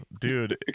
dude